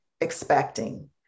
expecting